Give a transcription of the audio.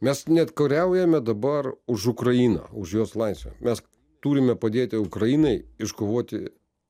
mes net kariaujame dabar už ukrainą už jos laisvę mes turime padėti ukrainai iškovoti